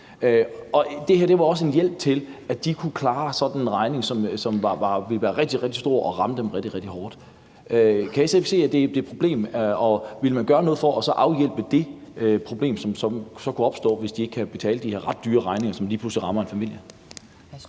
her var også en hjælp til, at de kunne klare sådan en regning, som vil være rigtig, rigtig stor og ramme dem rigtig, rigtig hårdt. Kan SF se, at det er et problem, og vil man gøre noget for så at afhjælpe det problem, som kan opstå, hvis familierne ikke kan betale de er ret høje regninger, som lige pludselig rammer dem?